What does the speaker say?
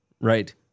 right